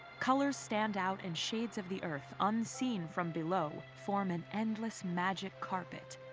colors stand out and shades of the earth, unseen from below, form an endless magic carpet.